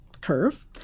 curve